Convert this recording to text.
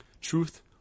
Truth